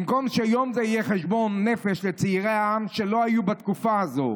במקום שיום זה יהיה חשבון נפש לצעירי העם שלא היו בתקופה הזו,